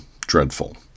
dreadful